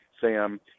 Sam